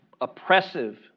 oppressive